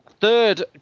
third